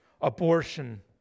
abortion